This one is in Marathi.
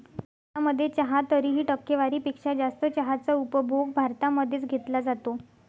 भारतामध्ये चहा तरीही, टक्केवारी पेक्षा जास्त चहाचा उपभोग भारतामध्ये च घेतला जातो